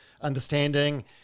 understanding